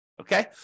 Okay